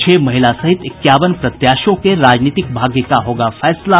छह महिला सहित इक्यावन प्रत्याशियों के राजनीतिक भाग्य का होगा फैसला